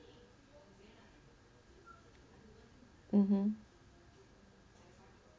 mmhmm